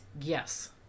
Yes